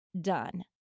done